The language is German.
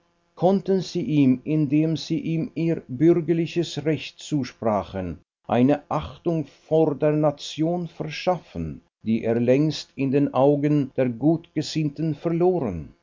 konnten sie ihm indem sie ihm ihr bürgerliches recht zusprachen eine achtung vor der nation verschaffen die er längst in den augen der gutgesinnten verloren